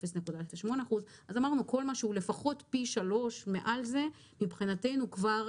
0.08% ואמרנו שכל מה שהוא לפחות פי שלושה מעל זה מבחינתנו כבר